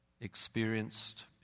experienced